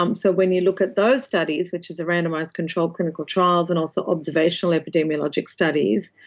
um so when you look at those studies, which is the randomised controlled clinical trials and also observational epidemiologic studies,